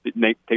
take